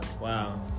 Wow